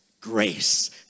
grace